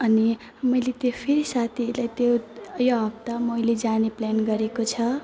अनि मैले त्यो फेरि साथीहरूलाई त्यो यो हप्ता मैले जाने प्लान गरेको छ